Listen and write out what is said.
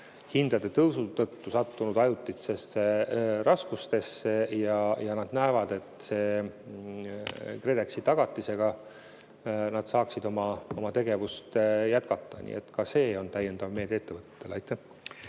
tõusu tõttu sattunud ajutistesse raskustesse ja nad näevad, et KredExi tagatisega nad saaksid oma tegevust jätkata. Nii et ka see on täiendav meede ettevõtetele.